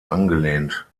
angelehnt